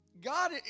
God